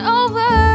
over